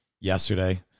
yesterday